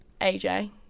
AJ